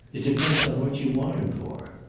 it depends on what you want him for.